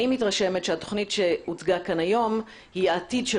אני מתרשמת שהתכנית שהוצגה כאן היום היא העתיד של